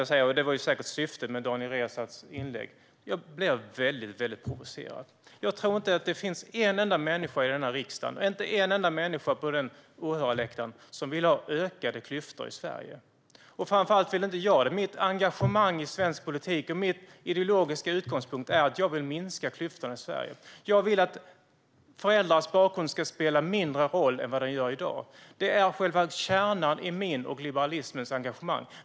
Jag blir väldigt provocerad av Daniel Riazats inlägg, vilket säkert också var syftet. Jag tror inte att det finns en enda människa här i riksdagen eller på åhörarläktaren som vill ha ökade klyftor i Sverige. Framför allt vill inte jag det. Mitt engagemang i svensk politik och min ideologiska utgångspunkt handlar om att minska klyftorna i Sverige. Jag vill att föräldrars bakgrund ska spela mindre roll än vad den gör i dag. Detta är själva kärnan i mitt och liberalismens engagemang.